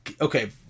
okay